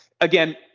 again